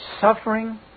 suffering